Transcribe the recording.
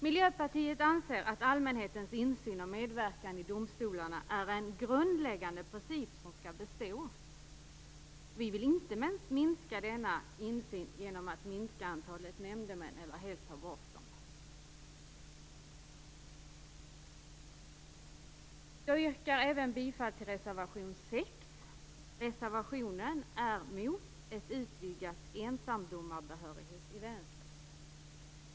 Miljöpartiet anser att allmänhetens insyn och medverkan i domstolarna är en grundläggande princip som skall bestå. Vi vill inte minska denna insyn genom att minska antalet nämndemän eller helt ta bort dem. Jag yrkar bifall även till reservation 6. I reservationen framför vi att vi är mot att man utvidgar ensamdomarbehörigheten i länsrätterna.